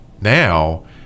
now